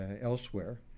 elsewhere